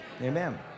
Amen